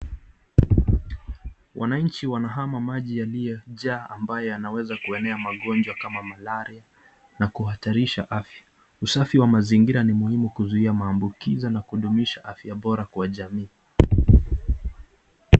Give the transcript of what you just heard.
wanainchi wanahama maji yaliye jaa ambaye yanaweza kuenea magonjwa kama malaria na kuhatarisha afya, usafi wa mazingira ni muhimu kuzuiya maambukizi na kudumisha afya bora kwa jamii.